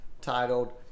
titled